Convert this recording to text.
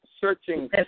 searching